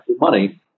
money